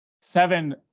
Seven